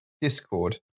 discord